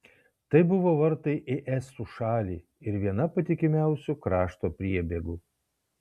tai buvo vartai į estų šalį ir viena patikimiausių krašto priebėgų